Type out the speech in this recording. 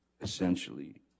essentially